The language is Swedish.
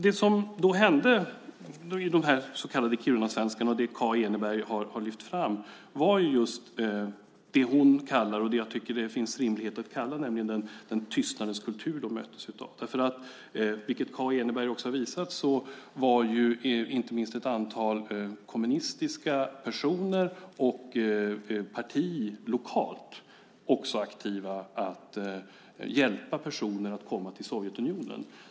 Det som då hände de så kallade kirunasvenskarna och det Kaa Eneberg har lyft fram var just att de möttes av det hon kallar, och jag tycker att det finns en rimlighet i att kalla det så, tystnadens kultur. Som Kaa Eneberg också har visat var inte minst ett antal kommunistiska personer och partiet lokalt aktiva med att hjälpa personer att komma till Sovjetunionen.